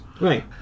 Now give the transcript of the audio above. Right